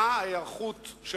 מה ההיערכות של